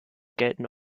gelten